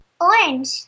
Orange